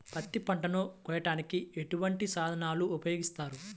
పత్తి పంటను కోయటానికి ఎటువంటి సాధనలు ఉపయోగిస్తారు?